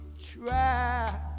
try